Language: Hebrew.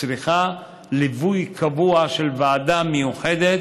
צריכה ליווי קבוע של ועדה מיוחדת,